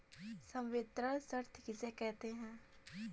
संवितरण शर्त किसे कहते हैं?